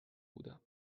بودم